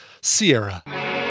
Sierra